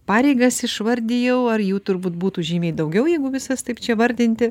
pareigas išvardijau ar jų turbūt būtų žymiai daugiau jeigu visas taip čia vardinti